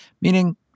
meaning